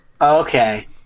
okay